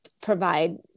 provide